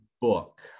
book